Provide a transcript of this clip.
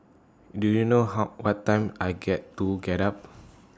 do you know how what time I get to get up